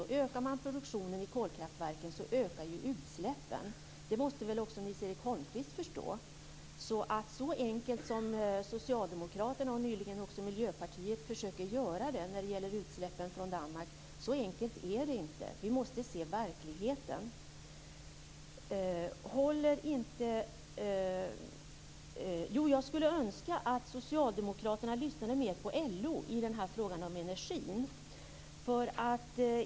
Och ökar man produktionen i kolkraftverken så ökar ju utsläppen - det måste väl också Nils-Göran Holmqvist förstå. Så enkelt som Socialdemokraterna försöker göra det och som nyligen också Miljöpartiet försökte göra det när det gäller utsläppen från Danmark är det alltså inte. Vi måste se verkligheten som den är! Jag skulle önska att Socialdemokraterna lyssnade mer på LO i frågan om energin.